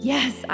Yes